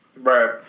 Right